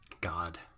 God